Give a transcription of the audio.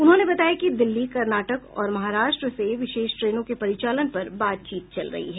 उन्होंने बताया कि दिल्ली कर्नाटक और महाराष्ट्र से विशेष ट्रेनों के परिचालन पर बातचीत चल रही है